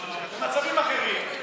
במצבים אחרים,